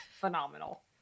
phenomenal